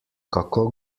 kako